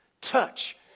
Touch